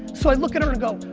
so i look at her and go,